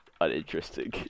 uninteresting